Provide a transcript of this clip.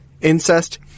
incest